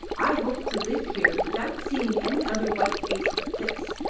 i hoped to live here without seeing any other white face but this,